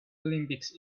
olympics